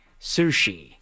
Sushi